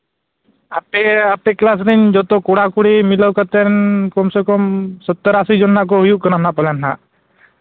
ᱟᱯᱮ ᱟᱯᱮ ᱠᱞᱟᱥ ᱨᱮᱱ ᱡᱚᱛᱚ ᱠᱚᱲᱟᱼᱠᱩᱲᱤ ᱢᱤᱞᱟᱹᱣ ᱠᱟᱛᱮ ᱠᱚᱢ ᱥᱮ ᱠᱚᱢ ᱥᱳᱛᱛᱚᱨ ᱟᱹᱥᱤ ᱡᱚᱱ ᱦᱟᱸᱜ ᱠᱚ ᱦᱩᱭᱩᱜ ᱠᱟᱱᱟ ᱯᱟᱞᱮᱱ ᱦᱟᱸᱜ